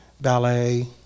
ballet